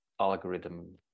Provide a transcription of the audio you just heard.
algorithm